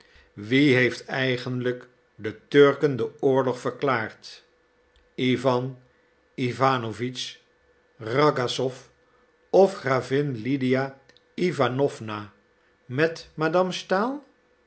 wie heeft eigenlijk de turken den oorlog verklaard iwan iwanowitsch ragasow of gravin lydia iwanowna met madame stahl